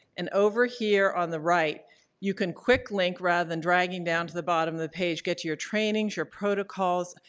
and over here on the right you can quick-link rather than dragging down to the bottom of the page get to your trainings, your protocols,